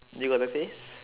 you got the face